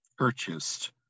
purchased